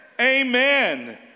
Amen